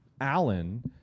Allen